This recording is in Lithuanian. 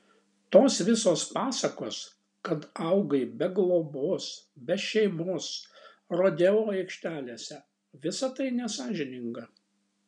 tos visos pasakos kad augai be globos be šeimos rodeo aikštelėse visa tai nesąžininga